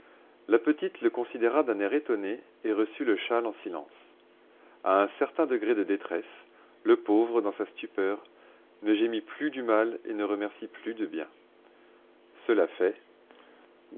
la petite le considéra d'un air étonné et reçut le châle en silence à un certain degré de détresse le pauvre dans sa stupeur ne gémit plus du mal et ne remercie plus du bien cela fait